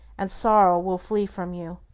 and sorrow will flee from you.